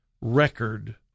record